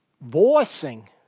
voicing